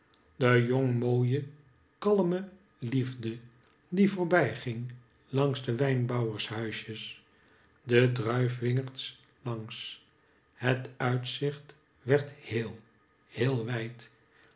de jong mooie kalme liefde die voorbij ging langs de wijnbouwershuisjes de druifwingerds langs het uitzicht werd heel heel wijd